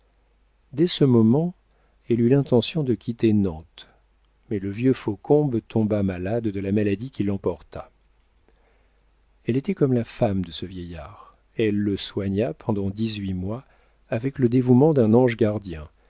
dès ce moment elle eut l'intention de quitter nantes mais le vieux faucombe tomba malade de la maladie qui l'emporta elle était comme la femme de ce vieillard elle le soigna pendant dix-huit mois avec le dévouement d'un ange gardien